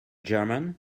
german